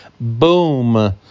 Boom